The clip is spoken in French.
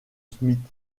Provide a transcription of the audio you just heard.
smith